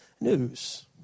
news